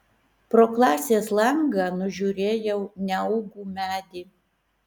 pro klasės langą nužiūrėjau neaugų medį